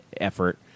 effort